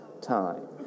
time